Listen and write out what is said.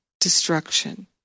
destruction